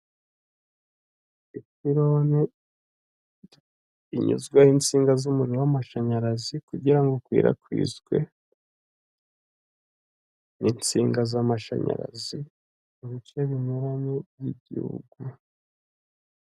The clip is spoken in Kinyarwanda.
Ipirone rinyuzwaho insinga z'umuriro w'amashanyarazi kugira ngo ukwirakwizwe n'insinga z'amashanyarazi mu bice binyuranye by'igihugu.